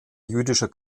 jüdischer